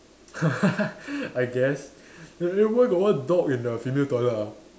I guess eh eh why got one dog in the female toilet ah